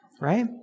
Right